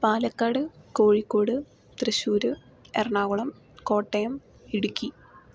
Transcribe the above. Palakkad Kozhikode Thrissur Ernakulam Kottayam Idukki